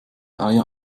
eier